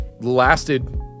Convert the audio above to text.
lasted